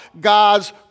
God's